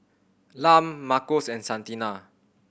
Lum Marcos and Santina